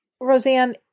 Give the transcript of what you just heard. Roseanne